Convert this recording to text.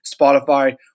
Spotify